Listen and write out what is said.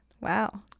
Wow